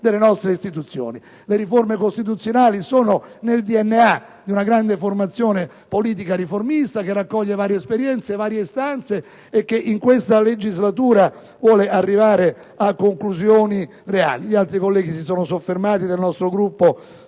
delle nostre istituzioni. Le riforme costituzionali sono nel DNA di una grande formazione politica riformista, che raccoglie varie esperienze e varie istanze e che, in questa legislatura, vuole arrivare a conclusioni reali. Gli altri colleghi del nostro Gruppo